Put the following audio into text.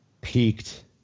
peaked